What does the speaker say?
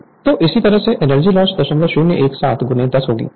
Refer Slide Time 3244 तो इसी तरह कि एनर्जी लॉस 0017 10 होगी